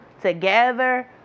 together